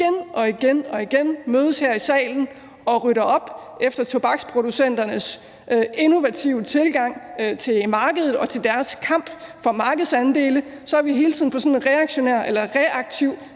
vi igen og igen mødes her i salen og rydder op efter tobaksproducenternes innovative tilgang til markedet og til deres kamp for markedsandele – at vi hele tiden er på sådan en reaktiv bagkant